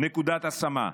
נקודת השמה.